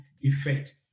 effect